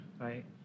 Right